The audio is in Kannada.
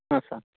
ಹಾಂ ಸ